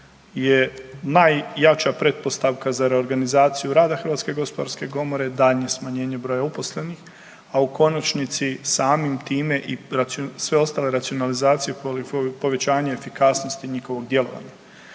je najjača pretpostavka za reorganizaciju rada HGK, daljnje smanjenje broja uposlenih, a u konačnici samim time i sve ostale racionalizacije u, povećanje efikasnosti njihovog djelovanja.